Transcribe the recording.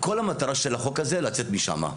כל המטרה של החוק הזה לצאת משם.